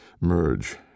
merge